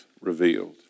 revealed